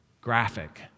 graphic